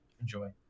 enjoy